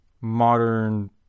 modern